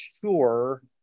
sure